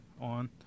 on